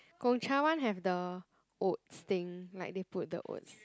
Gong-Cha one have the oats thing like they put the oats